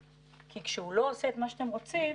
כי כשהוא לא עושה את מה שאתם רוצים,